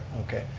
okay,